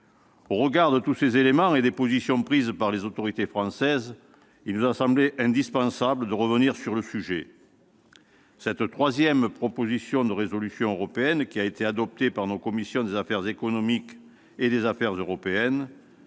Au regard de tous ces éléments et des positions prises par les autorités françaises, il nous a semblé indispensable de revenir sur le sujet. Cette troisième proposition de résolution européenne, qui a été adoptée par nos commissions des affaires économiques et des affaires européennes,